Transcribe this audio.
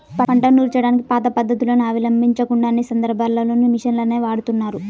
పంటను నూర్చడానికి పాత పద్ధతులను అవలంబించకుండా అన్ని సందర్భాల్లోనూ మిషన్లనే వాడుతున్నారు